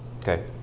Okay